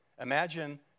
Imagine